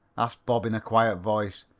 asked bob in a quiet voice.